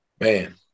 Man